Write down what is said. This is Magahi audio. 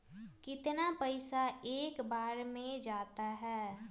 कितना पैसा एक बार में जाता है?